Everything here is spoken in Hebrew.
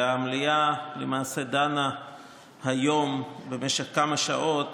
והמליאה למעשה דנה היום במשך כמה שעות